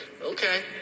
Okay